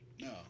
No